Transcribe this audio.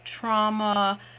trauma